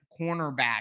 cornerback